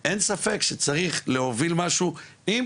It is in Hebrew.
אני אוהב לראות את זה וניסיון להעביר את השיח לידי